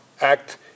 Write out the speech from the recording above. act